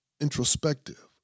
introspective